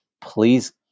Please